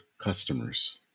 customers